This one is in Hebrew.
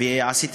ועשיתי